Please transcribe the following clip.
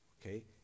okay